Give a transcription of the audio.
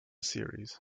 series